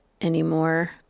anymore